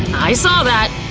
i saw that!